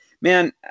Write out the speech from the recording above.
man